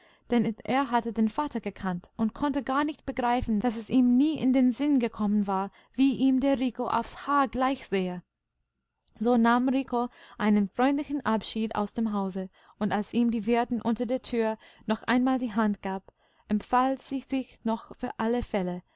denn er hatte den vater gekannt und konnte gar nicht begreifen daß es ihm nie in den sinn gekommen war wie ihm der rico aufs haar gleich sehe so nahm rico einen freundlichen abschied aus dem hause und als ihm die wirtin unter der tür noch einmal die hand gab empfahl sie sich noch für alle fälle